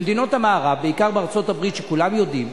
במדינות המערב, בעיקר בארצות-הברית, כולם יודעים,